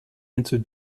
into